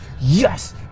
Yes